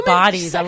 bodies